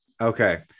Okay